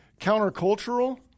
countercultural